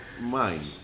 mind